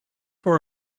for